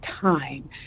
time